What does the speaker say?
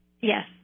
Yes